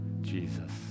Jesus